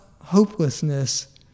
hopelessness